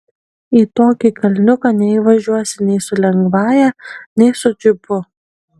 į tokį kalniuką neįvažiuosi nei su lengvąja nei su džipu